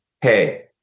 hey